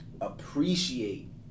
appreciate